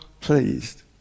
pleased